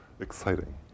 exciting